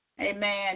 Amen